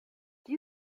die